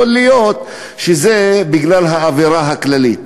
יכול להיות שזה בגלל האווירה הכללית.